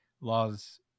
laws